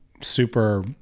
super